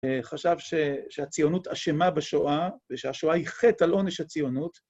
חשב שהציונות אשמה בשואה, ושהשואה היא חטא על עונש הציונות.